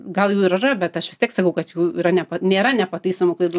gal jų ir yra bet aš vis tiek sakau kad jų yra ne nėra nepataisomų klaidų